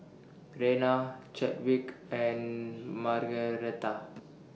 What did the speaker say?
Rena Chadwick and Margaretha